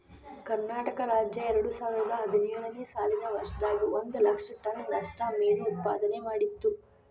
ಕರ್ನಾಟಕ ರಾಜ್ಯ ಎರಡುಸಾವಿರದ ಹದಿನೇಳು ನೇ ಸಾಲಿನ ವರ್ಷದಾಗ ಒಂದ್ ಲಕ್ಷ ಟನ್ ನಷ್ಟ ಮೇನು ಉತ್ಪಾದನೆ ಮಾಡಿತ್ತು